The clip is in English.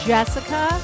Jessica